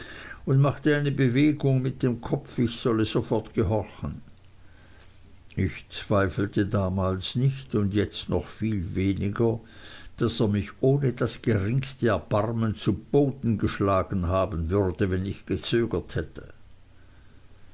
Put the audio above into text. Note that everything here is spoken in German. und machte eine bewegung mit dem kopf ich solle sofort gehorchen ich zweifelte damals nicht und jetzt noch viel weniger daß er mich ohne das geringste erbarmen zu boden geschlagen haben würde wenn ich gezögert hätte